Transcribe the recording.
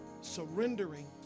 surrendering